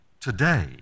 today